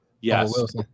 Yes